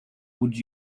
would